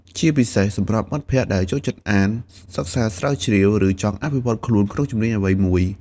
ជាពិសេសសម្រាប់មិត្តភក្តិដែលចូលចិត្តអាន សិក្សាស្រាវជ្រាវ ឬចង់អភិវឌ្ឍខ្លួនក្នុងជំនាញអ្វីមួយ។